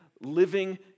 living